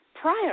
prior